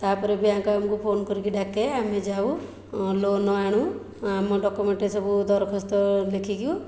ତା'ପରେ ବ୍ୟାଙ୍କ୍ ଆମକୁ ଫୋନ୍ କରିକି ଡାକେ ଆମେ ଯାଉ ଲୋନ୍ ଆଣୁ ଆମ ଡକ୍ୟୁମେଣ୍ଟ ସବୁ ଦରଖାସ୍ତ ଲେଖିକି